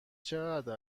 چقدر